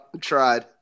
tried